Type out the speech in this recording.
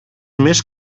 més